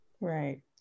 Right